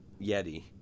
Yeti